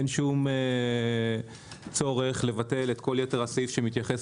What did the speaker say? אין שום צורך לבטל את כל יתר הסעיף שמתייחס